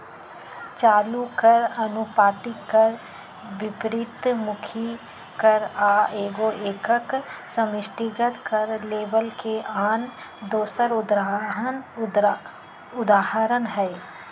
चालू कर, अनुपातिक कर, विपरितमुखी कर आ एगो एकक समष्टिगत कर लेबल के आन दोसर उदाहरण हइ